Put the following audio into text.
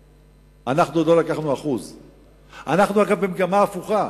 אנחנו עוד לא לקחנו 1%. אגב, אנחנו במגמה הפוכה: